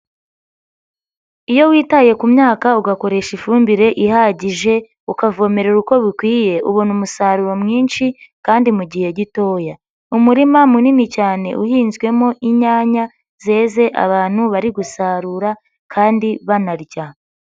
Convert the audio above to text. iyo witaye ku myaka ugakoresha ifumbire ihagije, ukavomere uko bikwiye ubona umusaruro mwinshi kandi mu gihe gitoya. Umurima munini cyane uhinzwemo inyanya zeze abantu bari gusarura kandi banarya.